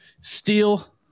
steel